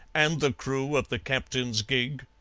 and the crew of the captain's gig.